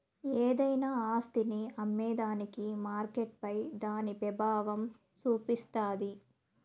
ఏదైనా ఆస్తిని అమ్మేదానికి మార్కెట్పై దాని పెబావం సూపిస్తాది